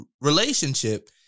relationship